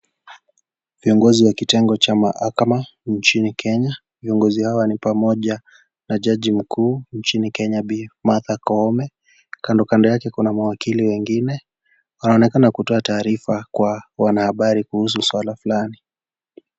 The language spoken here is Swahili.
Viongozi wa kitengo cha mahakama nchini Kenya , viongozi hawa ni pamoja na jaji mkuu nchini Kenya Bi. Martha Koome kando kando yake kuna mawakili wengine wanaonekana kutoa taarifa kwa wanahabari kuhusu swala fulani.